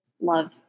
love